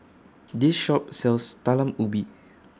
This Shop sells Talam Ubi